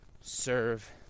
serve